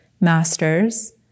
masters